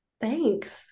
Thanks